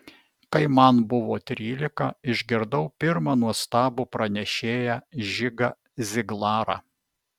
kai man buvo trylika išgirdau pirmą nuostabų pranešėją žigą ziglarą